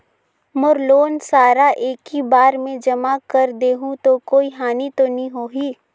मोर loan सारा एकी बार मे जमा कर देहु तो कोई हानि तो नी होही?